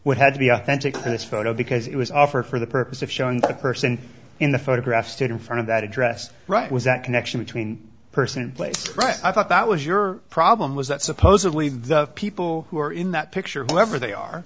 would have to be authentic for this photo because it was offered for the purpose of showing the person in the photograph stood in front of that address right was that connection between person place i thought that was your problem was that supposedly the people who are in that picture whoever they are